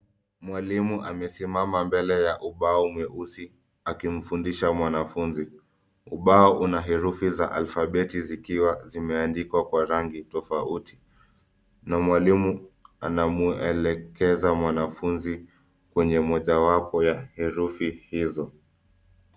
Mwalimu amesimama mbele ya ubao mweusi akimfundisha mwanafunzi. Ubao una herufi za alfabeti zikiwa zimeandikwa kwa rangi tofauti na mwalimu anamuelekeza mwanafunzi kwenye mojawapo ya herufi hizo.